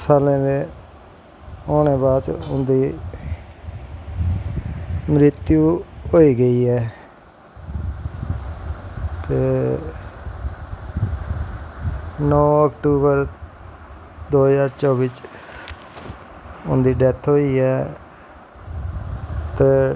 सालें दे होनें बाद च उंदी मृ्त्यू होई गेई ऐ ते नौ अकतुबर दो जाह्र चौह्वी च उंदी डैथ होई ऐ ते